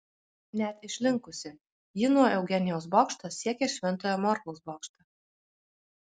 net išlinkusi ji nuo eugenijaus bokšto siekia šventojo morkaus bokštą